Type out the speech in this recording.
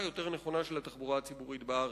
יותר נכונה של התחבורה הציבורית בארץ.